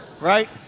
right